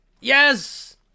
yes